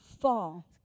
fall